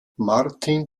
martin